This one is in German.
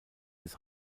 des